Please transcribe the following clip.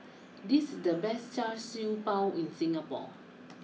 this is the best Char Siew Bao in Singapore